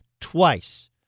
twice